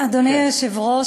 אדוני היושב-ראש,